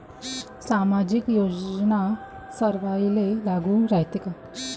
सामाजिक योजना सर्वाईले लागू रायते काय?